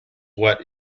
what